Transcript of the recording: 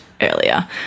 earlier